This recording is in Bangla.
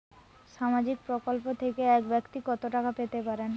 সামাজিক প্রকল্প থেকে এক ব্যাক্তি কত টাকা পেতে পারেন?